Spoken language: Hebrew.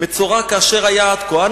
מצורע כאשר היה עד כה,